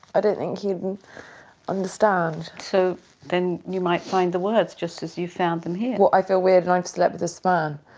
i don't think he'd understand. so then you might find the words, just as you've found them here. what, i feel weird and i've slept with this man?